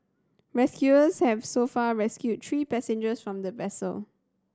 rescuers have so far rescued three passengers from the vessel